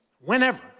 whenever